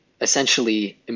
Essentially